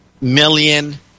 million